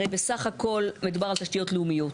הרי, בסך הכל, מדובר על תשתיות לאומיות,